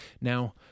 Now